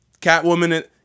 Catwoman